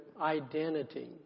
identity